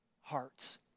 hearts